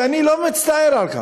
ואני לא מצטער על כך,